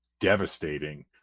devastating